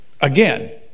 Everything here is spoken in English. again